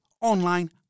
online